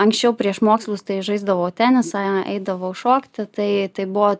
anksčiau prieš mokslus tai žaisdavau tenisą eidavau šokti tai tai buvo